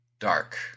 dark